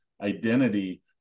identity